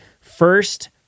first